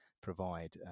provide